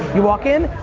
you walk in,